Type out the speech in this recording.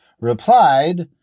replied